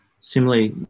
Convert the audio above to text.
Similarly